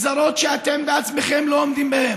גזרות שאתם בעצמכם לא עומדים בהן.